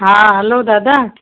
हा हैलो दादा